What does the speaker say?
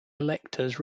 electors